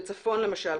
בצפון למשל,